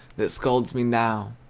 that scalds me now.